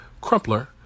Crumpler